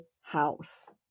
house